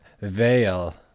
Veil